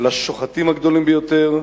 לשוחטים הגדולים ביותר,